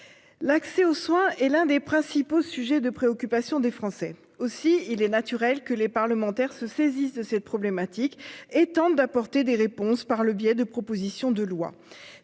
L'accès aux soins et l'un des principaux sujets de préoccupation des Français aussi il est naturel que les parlementaires se saisissent de cette problématique et tente d'apporter des réponses par le biais de propositions de loi.